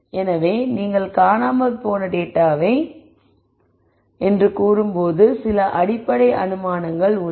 எனவே நீங்கள் காணாமல் போன டேட்டாவை மிகவும் சாத்தியமான வேல்யூவுடன் நிரப்பப் போகிறீர்கள் என்று கூறும்போது நீங்கள் செய்யும் சில அடிப்படை அனுமானங்கள் உள்ளன